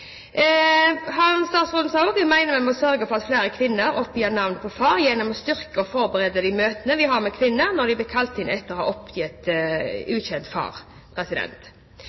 foreldre. Statsråden sa også at han mener vi må sørge for at flere kvinner oppgir navnet på far, gjennom å styrke og forbedre de møtene vi har med kvinner når de blir innkalt etter å ha oppgitt ukjent far.